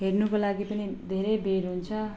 हेर्नुको लागि पनि धेरै भिड हुन्छ